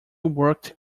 worked